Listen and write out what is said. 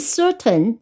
certain